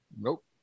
Nope